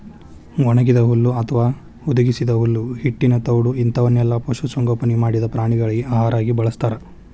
ಒಣಗಿದ ಹುಲ್ಲು ಅತ್ವಾ ಹುದುಗಿಸಿದ ಹುಲ್ಲು ಹಿಟ್ಟಿನ ತೌಡು ಇಂತವನ್ನೆಲ್ಲ ಪಶು ಸಂಗೋಪನೆ ಮಾಡಿದ ಪ್ರಾಣಿಗಳಿಗೆ ಆಹಾರ ಆಗಿ ಬಳಸ್ತಾರ